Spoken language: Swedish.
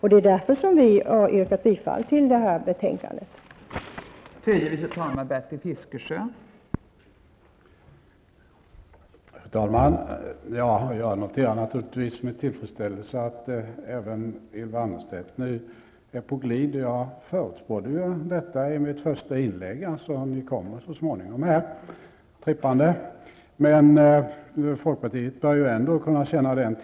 Det är därför som vi har yrkat bifall till utskottets hemställan i betänkandet.